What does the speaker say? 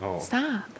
stop